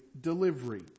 delivery